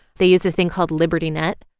they used a thing called liberty net